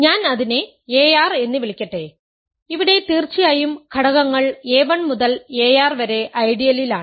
ഞാൻ അതിനെ ar എന്ന് വിളിക്കട്ടെ ഇവിടെ തീർച്ചയായും ഘടകങ്ങൾ a1 മുതൽ ar വരെ ഐഡിയലിലാണ്